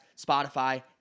Spotify